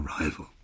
arrival